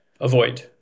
Avoid